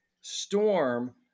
storm